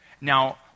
Now